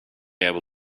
able